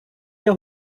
der